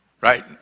right